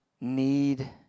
need